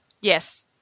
Yes